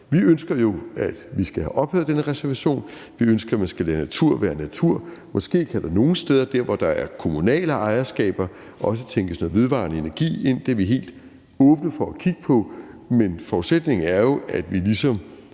Vi ønsker jo, at vi skal have ophævet den her reservation. Vi ønsker, at man skal lade natur være natur. Måske kan der nogle steder, der, hvor der er kommunale ejerskaber, også tænkes noget vedvarende energi ind – det er vi helt åbne over for at kigge på – men forudsætningen er jo, at vi ligesom